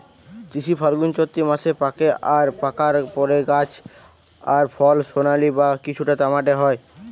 তিসি ফাল্গুনচোত্তি মাসে পাকে আর পাকার পরে গাছ আর ফল সোনালী বা কিছুটা তামাটে হয়